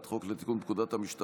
אינו נוכח משה